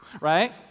Right